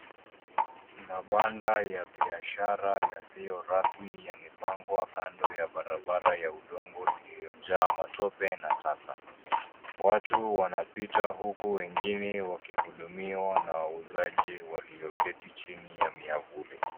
Mabanda ya biashara yasiyo rasmi yamepangwa kando ya barabara ya udongo iliyojaa matope na taka. Watu wanapita huku wengine wakihudumiwa na wauzaji walioketi chini ya miavuli.